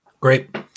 Great